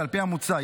על פי המוצע,